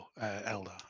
Elder